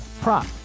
prop